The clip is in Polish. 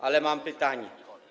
Ale mam pytanie.